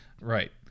Right